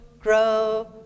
grow